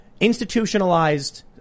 institutionalized